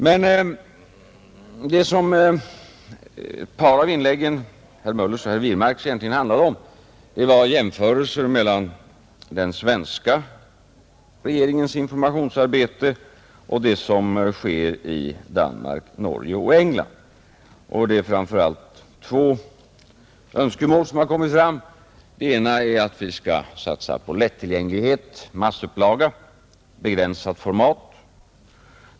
Men det som ett par av inläggen, herr Möllers och herr Wirmarks, egentligen handlade om var jämförelser mellan den svenska regeringens informationsarbete och det som sker i Danmark, Norge och England. Det är framför allt två önskemål som kommit fram. Det ena är att vi skall satsa på lättillgänglighet, massupplaga och begränsat format.